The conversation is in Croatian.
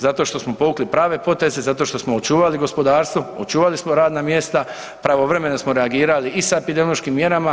Zato što smo povukli prave poteze, zato što smo očuvali gospodarstvo, očuvali smo radna mjesta, pravovremeno smo reagirali i sa epidemiološkim mjerama.